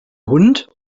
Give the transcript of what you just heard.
hund